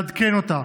לעדכן אותה,